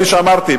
כפי שאמרתי,